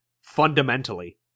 fundamentally